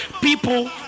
people